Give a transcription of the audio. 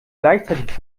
gleichzeitig